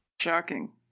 Shocking